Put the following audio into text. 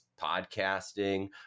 podcasting